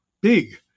big